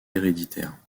héréditaire